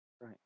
Right